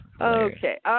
Okay